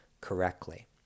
correctly